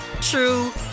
true